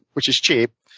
which is cheap,